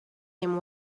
him